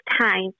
time